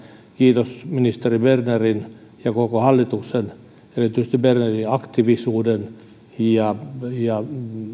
kiitos ministeri bernerin ja koko hallituksen erityisesti bernerin aktiivisuuden ja ja